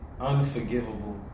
Unforgivable